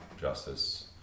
justice